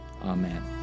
Amen